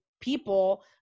people